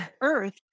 Earth